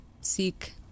seek